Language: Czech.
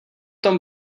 tom